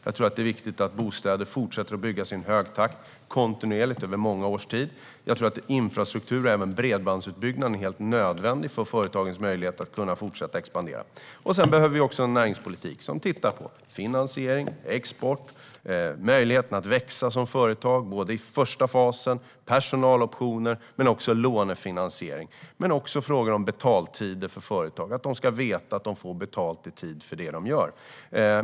Jag tror att det är viktigt att bostäder fortsätter att byggas i en hög takt, kontinuerligt över många års tid. Jag tror att infrastruktur - även bredbandsutbyggnad - är helt nödvändig för företagens möjlighet att fortsätta expandera. Sedan behöver vi också en näringspolitik som tittar på finansiering, export och möjligheten för företag att växa. Det gäller första fasen, personaloptioner men också lånefinansiering. Det handlar också om frågor om betaltider för företag. De ska veta att de får betalt i tid för det de gör.